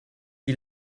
die